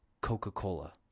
Coca-Cola